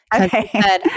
Okay